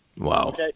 Wow